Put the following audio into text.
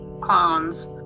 clones